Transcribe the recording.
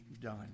done